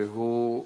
והוא: